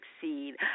succeed